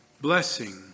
blessing